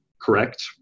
correct